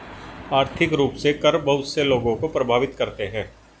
आर्थिक रूप से कर बहुत से लोगों को प्राभावित करते हैं